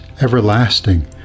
everlasting